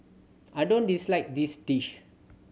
I don't dislike this dish